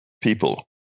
people